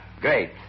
Great